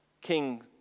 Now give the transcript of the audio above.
king